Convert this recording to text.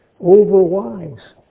overwise